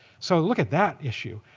so look at that issue,